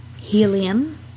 helium